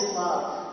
love